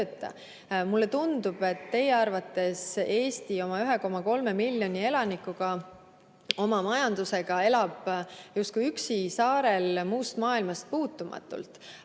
Mulle tundub, et teie arvates Eesti oma 1,3 miljoni elanikuga, oma majandusega elab justkui üksi saarel muust maailmast puutumatult,